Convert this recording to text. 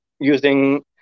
using